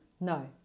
No